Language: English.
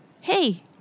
Hey